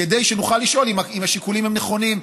כדי שנוכל לשאול: האם השיקולים הם נכונים?